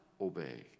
obey